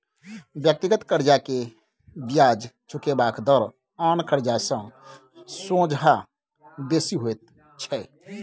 व्यक्तिगत कर्जा के बियाज चुकेबाक दर आन कर्जा के सोंझा बेसी होइत छै